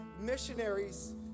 missionaries